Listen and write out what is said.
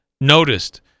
noticed